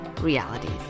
realities